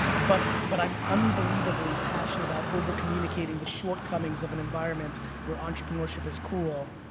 but but i'm unbelievably passionate about over-communicating the shortcomings of an environment where entrepreneurship is cool,